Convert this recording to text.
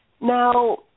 Now